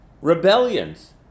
rebellions